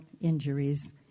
injuries